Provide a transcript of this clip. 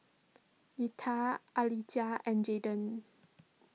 Letta Alijah and Jayden